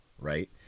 right